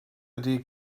ydy